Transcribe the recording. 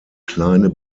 kleine